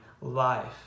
life